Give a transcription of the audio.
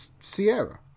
Sierra